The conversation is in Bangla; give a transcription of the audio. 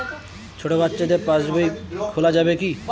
ছোট বাচ্চাদের পাশবই খোলা যাবে কি?